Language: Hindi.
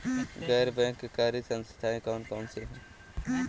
गैर बैंककारी संस्थाएँ कौन कौन सी हैं?